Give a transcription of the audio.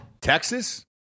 Texas